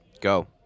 Go